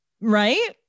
right